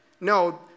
No